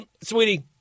Sweetie